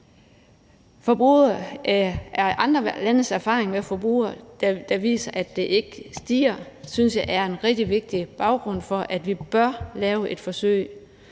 jo løst. Andre landes erfaring med forbruget, der viser, at det ikke stiger, synes jeg er en rigtig vigtig baggrund for, at vi bør lave et forsøg.